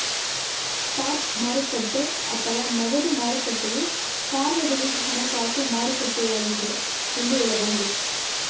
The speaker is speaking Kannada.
ಸ್ಪಾಟ್ ಮಾರುಕಟ್ಟೆ ಅಥವಾ ನಗದು ಮಾರುಕಟ್ಟೆಯು ಸಾರ್ವಜನಿಕ ಹಣಕಾಸು ಮಾರುಕಟ್ಟೆಯಾಗಿದ್ದೆ ಎಂದು ಹೇಳಬಹುದು